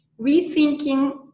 rethinking